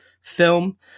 film